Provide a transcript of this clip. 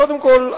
קודם כול,